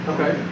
Okay